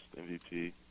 MVP